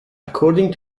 according